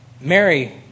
Mary